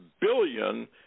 billion